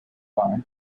alibi